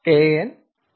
ANLN